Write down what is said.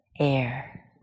air